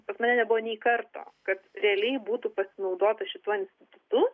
pas mane nebuvo nei karto kad realiai būtų pasinaudota šituo institutu